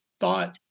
thought